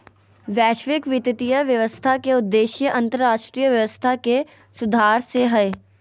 वैश्विक वित्तीय व्यवस्था के उद्देश्य अन्तर्राष्ट्रीय व्यवस्था के सुधारे से हय